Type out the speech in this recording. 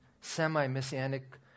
semi-messianic